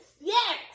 Yes